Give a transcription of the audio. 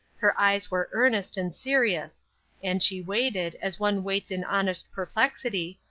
her eyes were earnest and serious and she waited, as one waits in honest perplexity,